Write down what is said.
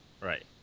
right